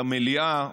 למליאה,